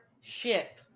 ship